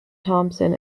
thompson